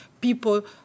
people